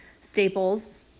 staples